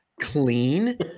clean